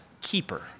keeper